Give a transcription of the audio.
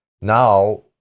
now